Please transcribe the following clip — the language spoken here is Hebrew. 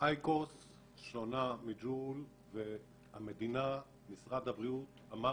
אייקוס שונה מג'ול ומשרד הבריאות אמר